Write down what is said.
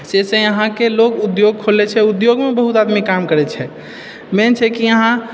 से से इहाँ के लोग उद्योग खोलने छै उद्योगमे बहुत आदमी काम करै छै मेन छै कि यहाँ